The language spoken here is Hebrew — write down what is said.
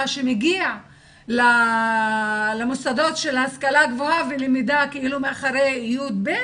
שמגיע למוסדות של ההשכלה הגבוהה ולמידה אחרי י"ב,